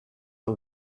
the